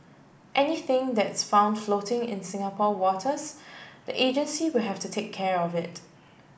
anything that's found floating in Singapore waters the agency will have to take care of it